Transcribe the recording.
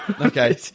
okay